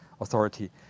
Authority